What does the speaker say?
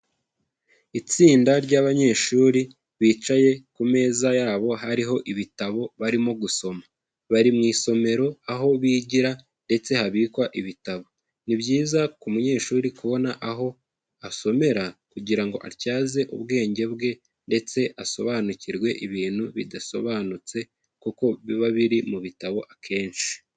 Itsinda ry'abanyeshuri bicaye ku meza yabo hariho ibitabo barimo gusoma, bari mu isomero aho bigira ndetse habikwa ibitabo, ni byiza ku munyeshuri kubona aho asomera kugira ngo atyaze ubwenge bwe ndetse asobanukirwe ibintu bidasobanutse kuko biba biri mu bitabo akenshi.